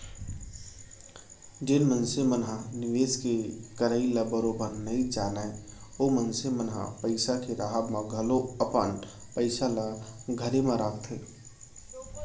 जेन मनसे मन ह निवेस के करई ल बरोबर नइ जानय ओ मनसे मन ह पइसा के राहब म घलौ अपन पइसा ल घरे म राखथे